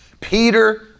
Peter